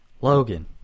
Logan